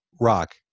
rock